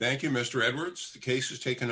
thank you mr edwards case is taken